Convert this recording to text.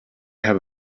have